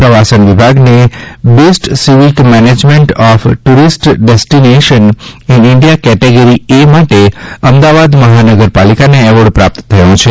પ્રવાસન વિભાગને best civic management of tourist destination in India કેટેગરીએ માટે અમદાવાદ મહાનગર પાલિકાને એવોર્ડ પ્રાપ્ત થયો છે